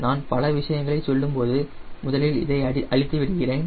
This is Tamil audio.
நான் பல விஷயங்களைச் சொல்லும்போது முதலில் இதை அழித்து விடுகிறேன்